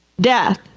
Death